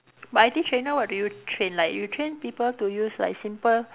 but I_T trainer what do you train like you train people to use like simple